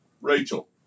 Rachel